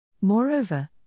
Moreover